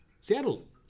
Seattle